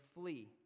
flee